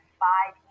five